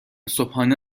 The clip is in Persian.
صبحانه